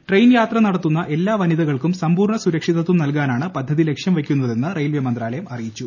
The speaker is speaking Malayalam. ട്രെയിൻ യാത്ര നടത്തുന്ന എല്ലാ വനിതകൾക്കും സമ്പൂർണ്ണ സുരക്ഷിതത്വം നൽകാനാണ് പദ്ധതി ലക് ഷ്യം വെക്കുന്നതെന്ന് റെയിൽവേ മന്ത്രാലയം അറിയിച്ചു